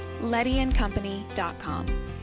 lettyandcompany.com